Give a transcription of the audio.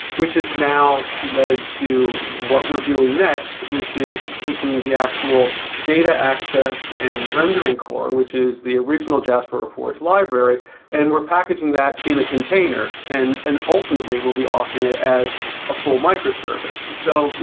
which is now led to what we're doing next, which is taking the actual data access and rendering core, which is the original jasperreports library and we're packaging that in a container and and ultimately, we'll be offering it as a full micro service. so